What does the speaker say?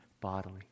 bodily